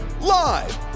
live